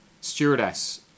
stewardess